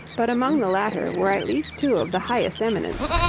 but among the latter were at least two of the highest eminence,